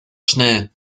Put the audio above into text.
schnell